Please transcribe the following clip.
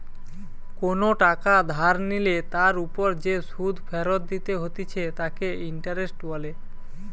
কোনো টাকা ধার নিলে তার ওপর যে সুধ ফেরত দিতে হতিছে তাকে ইন্টারেস্ট বলে